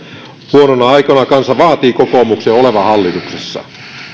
huonoina aikoina kansa vaatii kokoomuksen olevan hallituksessa